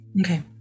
Okay